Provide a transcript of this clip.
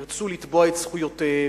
ירצו לתבוע את זכויותיהם,